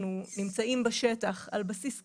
אנחנו נמצאים בשטח על בסיס קבוע,